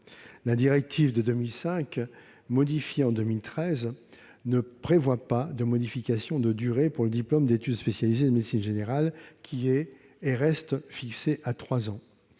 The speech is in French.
La directive de 2005, modifiée en 2013, ne prévoit pas de changement de durée pour le diplôme d'études spécialisées- le DES -de médecine générale, qui est et reste fixée à trois ans.